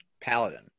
paladin